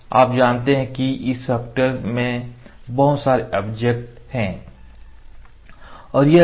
आप जानते हैं कि इस सॉफ्टवेयर में बहुत सारे ऑब्जेक्ट वस्तुएँ हैं